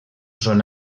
són